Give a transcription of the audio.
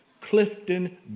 Clifton